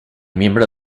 miembro